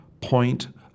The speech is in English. point